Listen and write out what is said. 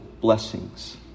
blessings